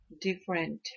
different